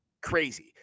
crazy